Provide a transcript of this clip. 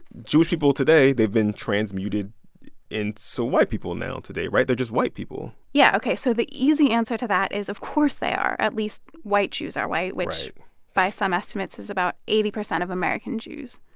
jewish people today, they've been transmuted into so white people now today, right? they're just white people yeah. ok. so the easy answer to that is of course they are, at least white jews are white, which by some estimates is about eighty percent of american jews.